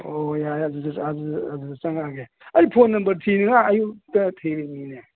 ꯑꯣ ꯌꯥꯏ ꯑꯗꯨꯗ ꯆꯪꯉꯛꯑꯒꯦ ꯑꯩ ꯐꯣꯟ ꯅꯝꯕꯔ ꯊꯤꯔꯤꯉꯥꯏ ꯑꯌꯨꯛꯇ ꯊꯤꯔꯤꯃꯤꯅꯦ